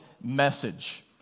message